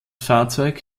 fahrzeug